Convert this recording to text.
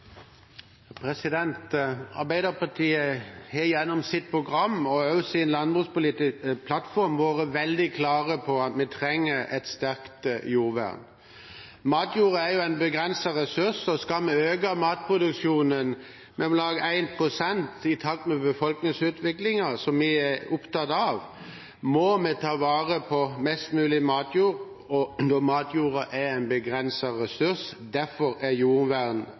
Arbeiderpartiet har gjennom sitt program og sin landbrukspolitiske plattform vært veldig klare på at vi trenger et sterkt jordvern. Matjorda er en begrenset ressurs, og hvis vi skal øke matproduksjonen med om lag 1 pst., i takt med befolkningsutviklingen, som vi er opptatt av, må vi ta vare på mest mulig matjord. Derfor er jordvern av veldig stor betydning. Under Stoltenberg-regjeringen ble det iverksatt en